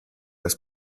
das